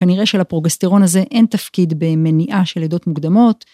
כנראה שלפרוגסטירון הזה אין תפקיד במניעה של לידות מוקדמות.